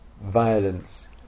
violence